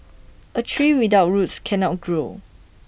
A tree without roots cannot grow